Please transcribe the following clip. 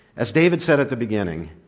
as david said at the beginning,